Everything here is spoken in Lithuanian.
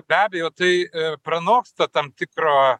be abejo tai pranoksta tam tikro